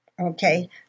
Okay